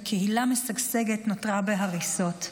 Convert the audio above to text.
וקהילה משגשגת נותרה בהריסות.